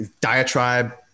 diatribe